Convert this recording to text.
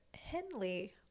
Henley